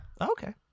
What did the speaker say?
Okay